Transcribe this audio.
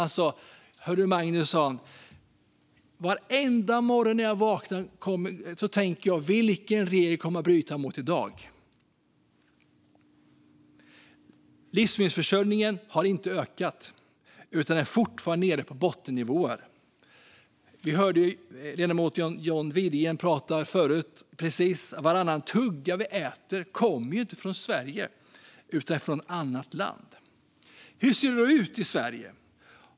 Han sa: Hördu, Magnus, varenda morgon när jag vaknar undrar jag vilken regel jag kommer att bryta mot i dag. Livsmedelsförsörjningen har inte ökat, utan den är fortfarande nere på bottennivåer. Vi hörde förut ledamoten John Widegren prata om det. Varannan tugga vi äter kommer inte från Sverige utan från ett annat land. Hur ser det då ut i Sverige?